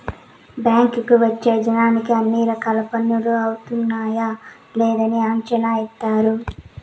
బ్యాంకుకి వచ్చే జనాలకి అన్ని రకాల పనులు అవుతున్నాయా లేదని అంచనా ఏత్తారు